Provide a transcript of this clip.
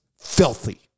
filthy